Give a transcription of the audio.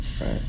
Right